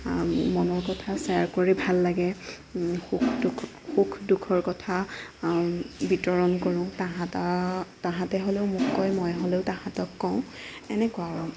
মনৰ কথা শ্বেয়াৰ কৰি ভাল লাগে সুখ দুখৰ কথা বিতৰণ কৰোঁ তাহাঁত তাহাঁতে হ'লেও মোক কয় মই হ'লেও তাহাঁতক কওঁ এনেকুৱা আৰু